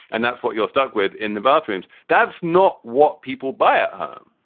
and that's what you're stuck with in the bathrooms that's not what people buy a home,